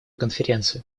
конференции